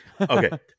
Okay